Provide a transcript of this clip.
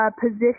position